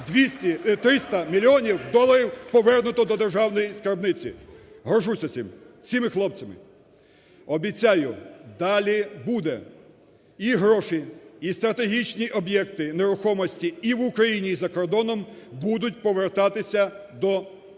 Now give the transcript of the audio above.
300 мільйонів доларів повернуто до державної скарбниці. Горджуся цим, цими хлопцями. Обіцяю, далі буде. І гроші, і стратегічні об'єкти нерухомості і в Україні, і за кордоном будуть повертатися до